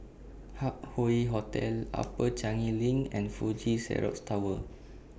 Hup Hoe Hotel Upper Changi LINK and Fuji Xerox Tower